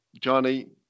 johnny